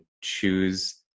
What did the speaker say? choose